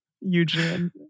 Eugene